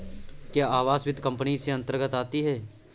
क्या आवास वित्त कंपनी इसके अन्तर्गत आती है?